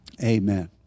Amen